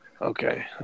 Okay